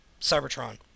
Cybertron